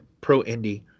pro-indie